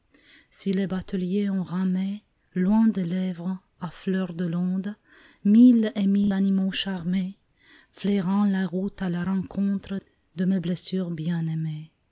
si les bateliers ont ramé loin des lèvres à fleur de l'onde mille et mille animaux charmés flairant la route à la rencontre de mes blessures bien-aimées